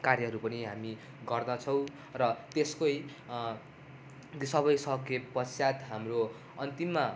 कार्यहरू पनि हामी गर्दछौँ र त्यसकै सबै सकेपश्चात हाम्रो अन्तिममा